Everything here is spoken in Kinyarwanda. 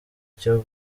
cyo